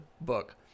book